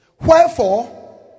Wherefore